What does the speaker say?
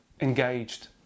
engaged